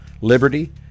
liberty